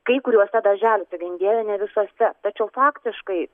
kai kuriuose darželiuose gink dieve ne visuose tačiau faktiškai